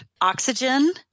Oxygen